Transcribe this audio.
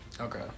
Okay